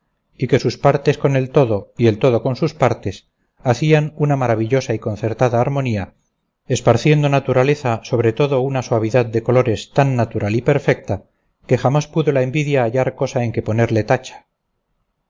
y que sus partes con el todo y el todo con sus partes hacían una maravillosa y concertada armonía esparciendo naturaleza sobre todo una suavidad de colores tan natural y perfecta que jamás pudo la envidia hallar cosa en que ponerle tacha